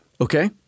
okay